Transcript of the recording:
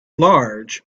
large